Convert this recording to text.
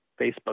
Facebook